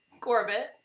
Corbett